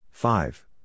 Five